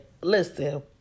Listen